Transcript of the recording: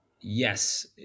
yes